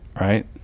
right